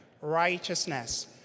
righteousness